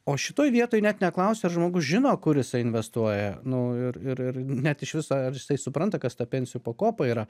o šitoj vietoj net neklausia ar žmogus žino kur jisai investuoja nu ir ir ir net iš viso ar jisai supranta kas ta pensijų pakopa yra